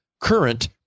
Current